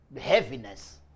heaviness